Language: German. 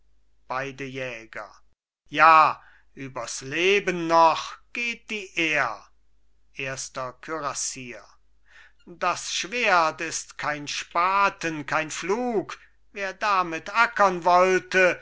beide jäger ja übers leben noch geht die ehr erster kürassier das schwert ist kein spaten kein pflug wer damit ackern wollte